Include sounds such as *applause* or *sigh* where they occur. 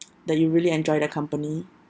*noise* that you really enjoy their company